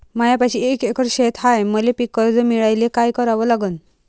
मायापाशी एक एकर शेत हाये, मले पीककर्ज मिळायले काय करावं लागन?